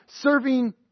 serving